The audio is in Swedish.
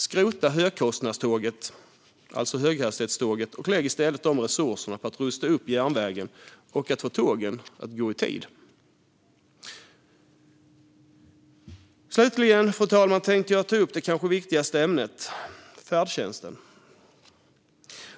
Skrota högkostnadståget, alltså höghastighetståget, och lägg i stället de resurserna på att rusta upp järnvägen och få tågen att gå i tid! Slutligen, fru talman, tänkte jag ta upp det kanske viktigaste ämnet, nämligen färdtjänsten.